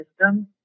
system